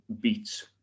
beats